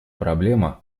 проблема